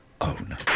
own